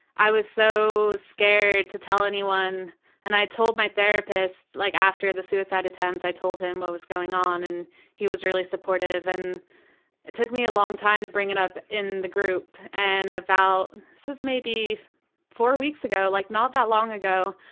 i was so scared to tell anyone and i told my therapist, like after the suicide attempt, i told him what was going on and he was really supportive. and it took me a long time to bring it up in the group and about maybe four weeks ago, like not that long ago,